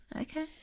okay